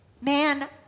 Man